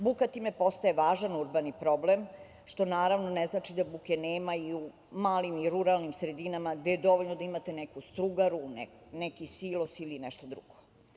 Buka time postaje važan urbani problem, što naravno ne znači da buke nema i u malim i ruralnim sredinama gde je dovoljno da imate neku strugaru, neki silos ili nešto drugo.